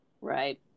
Right